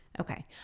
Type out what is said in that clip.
Okay